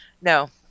No